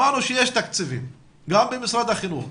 שמענו שיש תקציבים גם במשרד החינוך,